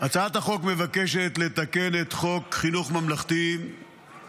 הצעת החוק מבקשת לתקן את חוק חינוך ממלכתי ולקבוע